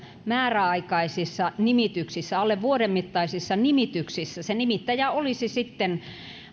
määräaikaisissa nimityksissä alle vuoden mittaisissa nimityksissä se nimittäjä olisi sitten